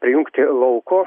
prijungti lauko